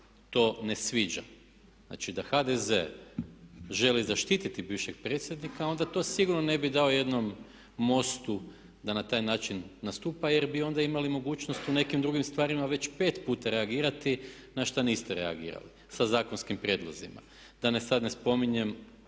to ne sviđa. Znači da HDZ želi zaštititi bivšeg predsjednika onda to sigurno ne bi dao jednom MOST-u da na taj način nastupa jer bi onda imali mogućnost u nekim drugim stvarima već pet puta reagirati na što niste reagirali sa zakonskim prijedlozima. Da sad ne spominjem